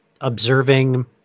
observing